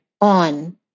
on